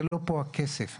זה לא הכסף פה,